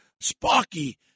Sparky